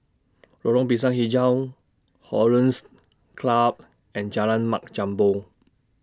Lorong Pisang Hijau Hollandse Club and Jalan Mat Jambol